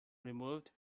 removed